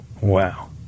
Wow